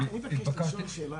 יש לי שאלה.